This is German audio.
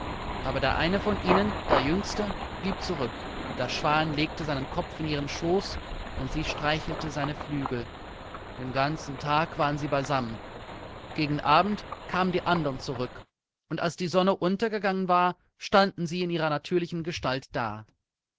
aber der eine von ihnen der jüngste blieb zurück der schwan legte seinen kopf in ihren schoß und sie streichelte seine flügel den ganzen tag waren sie beisammen gegen abend kamen die anderen zurück und als die sonne untergegangen war standen sie in ihrer natürlichen gestalt da